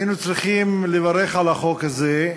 היינו צריכים לברך על החוק הזה,